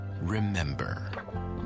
remember